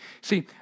See